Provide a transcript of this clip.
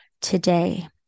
today